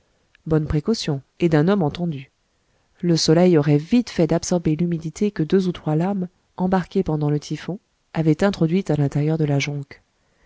bonne précaution et d'un homme entendu le soleil aurait vite fait d'absorber l'humidité que deux ou trois lames embarquées pendant le typhon avaient introduite à l'intérieur de la jonque